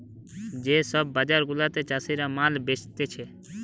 যে সব বাজার গুলাতে চাষীরা মাল বেচতিছে